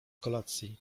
kolacji